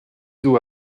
d’eau